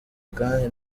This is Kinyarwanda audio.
kandi